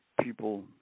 People